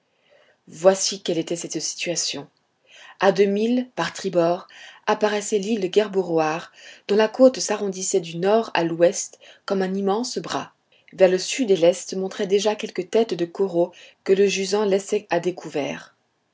voici quelle était cette situation a deux milles par tribord apparaissait l'île gueboroar dont la côte s'arrondissait du nord à l'ouest comme un immense bras vers le sud et l'est se montraient déjà quelques têtes de coraux que le jusant laissait à découvert